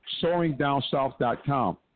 soaringdownsouth.com